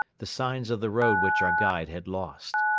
the signs of the road which our guide had lost.